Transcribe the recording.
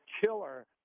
killer